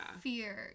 fear